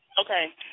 Okay